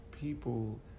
people